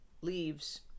leaves